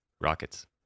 rockets